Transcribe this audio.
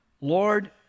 Lord